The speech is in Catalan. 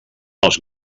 els